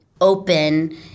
open